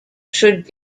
should